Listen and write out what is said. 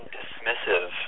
dismissive